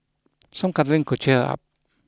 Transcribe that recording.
some cuddling could cheer her up